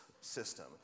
system